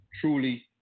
truly